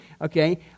okay